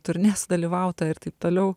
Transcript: turnė sudalyvauta ir taip toliau